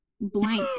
blank